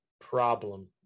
problem